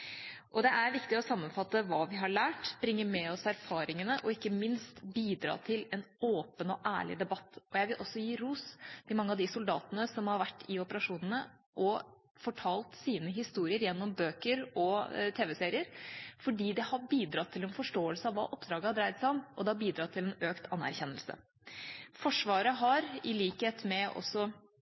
inngår. Det er viktig å sammenfatte hva vi har lært, bringe med oss erfaringene og ikke minst bidra til en åpen og ærlig debatt. Jeg vil også gi ros til mange av de soldatene som har vært i operasjonene og fortalt sine historier gjennom bøker og tv-serier, fordi det har bidratt til en forståelse av hva oppdraget har dreid seg om, og det har bidratt til en økt anerkjennelse. Forsvaret har i likhet med